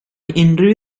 unrhyw